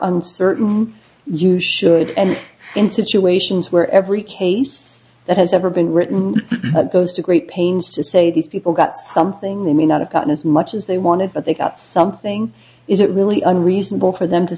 uncertain you should and in situations where every case that has ever been written goes to great pains to say these people got something they may not have gotten as much as they wanted but they got something is it really unreasonable for them to